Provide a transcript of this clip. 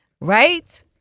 Right